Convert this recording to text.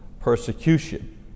persecution